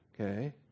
okay